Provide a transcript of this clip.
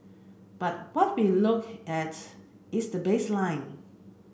but what we look at is the baseline